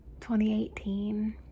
2018